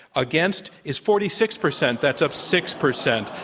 against is forty six percent. that's up six percent.